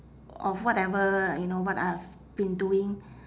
of whatever you know what I have been doing